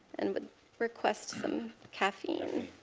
and but request some caffeine.